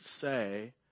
say